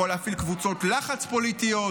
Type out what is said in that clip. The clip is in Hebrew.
יכול להפעיל קבוצות לחץ פוליטיות,